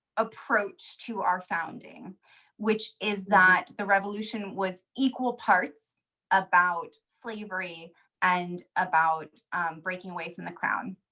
approach to our founding which is that the revolution was equal parts about slavery and about breaking way from the crown.